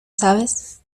sabes